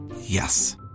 Yes